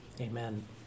amen